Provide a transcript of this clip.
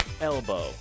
elbow